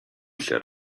shut